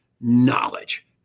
knowledge